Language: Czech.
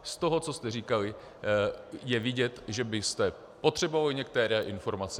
Z toho, co jste říkali, je vidět, že byste potřebovali některé informace.